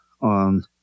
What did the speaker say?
on